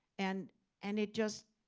and and it just,